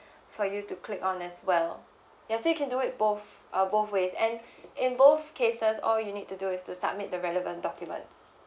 for you to click on as well as yes you can do it both uh both ways and in both cases all you need to do is to submit the relevant documents